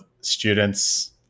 students